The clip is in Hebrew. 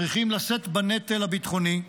צריכים לשאת בנטל הביטחוני,